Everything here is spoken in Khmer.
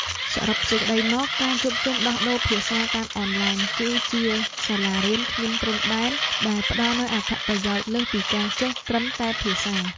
សរុបសេចក្ដីមក ការជួបជុំដោះដូរភាសាតាមអនឡាញ គឺជា សាលារៀនគ្មានព្រំដែន ដែលផ្តល់នូវអត្ថប្រយោជន៍លើសពីការចេះត្រឹមតែភាសា។